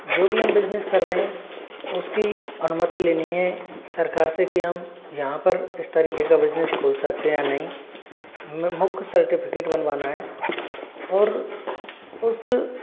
जो भी हम बिजनेस कर रहे हैं उसकी अनुमति लेनी है सरकार से कि हम यहाँ पर इस तरीके का बिजनेस खोल सकते हैं या नहीं मुख्य सर्टिफिकेट बनवाना है और